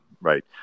right